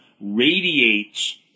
radiates